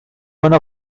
one